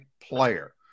player